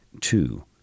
Two